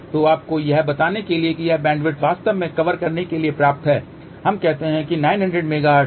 तो आपको यह बताने के लिए कि यह बैंडविड्थ वास्तव में कवर करने के लिए पर्याप्त है हम कहते हैं 900 मेगाहर्ट्ज